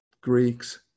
Greeks